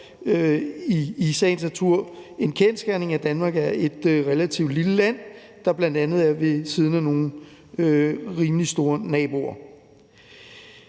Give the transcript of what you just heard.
i sagens natur en kendsgerning, at Danmark er et relativt lille land, der har nogle rimelig store naboer.